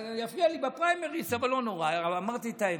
יפריע לי בפריימריז, אבל לא נורא, אמרתי את האמת.